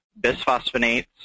bisphosphonates